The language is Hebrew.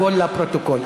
הכול לפרוטוקול.